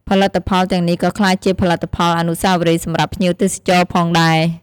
ផលិតផលទាំងនេះក៏ក្លាយជាផលិតផលអនុស្សាវរីយ៍សម្រាប់ភ្ញៀវទេសចរណ៍ផងដែរ។